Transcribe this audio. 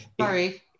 Sorry